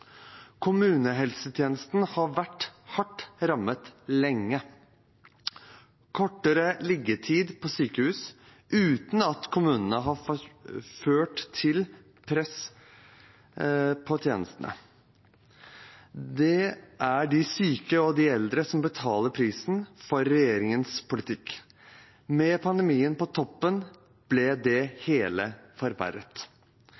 Kommunehelsetjenesten har vært hardt rammet lenge. Kortere liggetid på sykehus har ført til press på tjenestene. Det er de syke og de eldre som betaler prisen for regjeringens politikk. Med pandemien på toppen ble